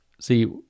See